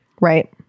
Right